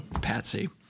Patsy